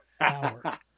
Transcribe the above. hour